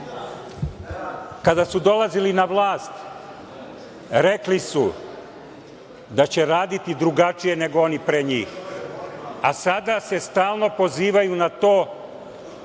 Kada su dolazili na vlast, rekli su da će raditi drugačije nego oni pre njih, a sada se stalno pozivaju na to